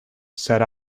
said